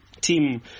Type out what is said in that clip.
Team